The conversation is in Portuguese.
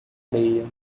areia